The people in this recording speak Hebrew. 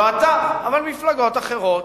לא אתה, אבל מפלגות אחרות.